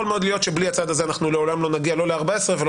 יכול מאוד להיות שבלי הצעד הזה אנחנו לעולם לא נגיע לא ל- 14 ולא